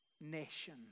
nation